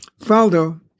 Faldo